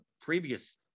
previous